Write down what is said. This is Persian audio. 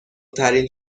ترین